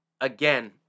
again